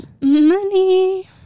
Money